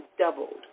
doubled